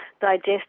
digest